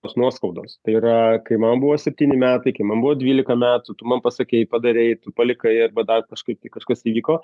tos nuoskaudos tai yra kai man buvo septyni metai kai man buvo dvylika metų tu man pasakei padarei tu palikai arba dar kažkaip tai kažkas įvyko